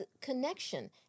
connection